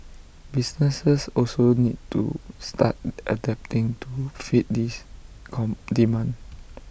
businesses also need to start adapting to fit this come demand